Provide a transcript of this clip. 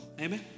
amen